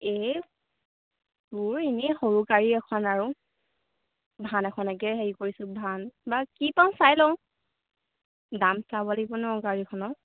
এই মোৰ এনেই সৰু গাড়ী এখন আৰু ভান এখনকে হেৰি কৰিছোঁ ভান বা কি পাওঁ চাই লওঁ দাম চাব লাগিব ন গাড়ীখনৰ